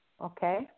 Okay